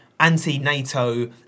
anti-NATO